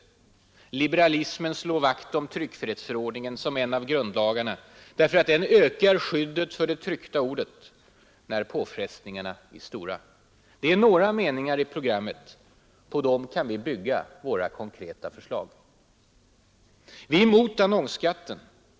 ——— Liberalismen slår vakt om tryckfrihetsförordningen som en av grundlagarna därför att den ökar skyddet för det tryckta ordet när påfrestningarna är stora.” Det är några meningar i programmet. På dem kan vi bygga våra konkreta förslag. Vi är mot annonsskatten.